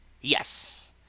Yes